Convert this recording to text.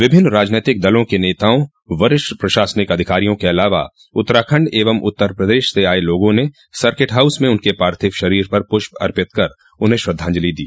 विभिन्न राजनीतिक दलों के नेताओं वरिष्ठ प्रशासनिक अधिकारियों के अलावा उत्तराखण्ड एवं उत्तर प्रदेश से आये लोगों ने सर्किट हाउस में उनके पार्थिव शरीर पर पुष्प अर्पित कर उन्हें श्रद्धाजंलि दी